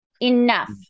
enough